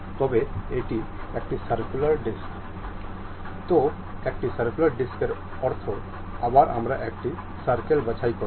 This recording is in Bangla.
আমরা এই এক্সপ্লোর করা ভিউতে ক্লিক করব